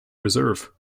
reserve